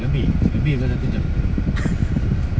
lebih lebih daripada satu jam